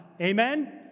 Amen